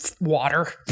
water